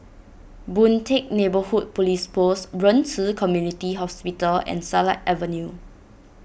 Boon Teck Neighbourhood Police Post Ren Ci Community Hospital and Silat Avenue